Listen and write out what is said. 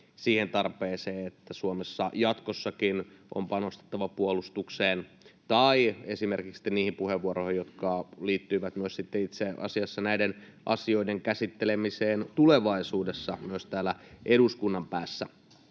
siihen tarpeeseen, että Suomessa jatkossakin on panostettava puolustukseen, tai esimerkiksi niihin puheenvuoroihin, jotka liittyivät sitten itse asiassa näiden asioiden käsittelemiseen tulevaisuudessa myös täällä eduskunnan päässä.